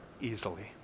easily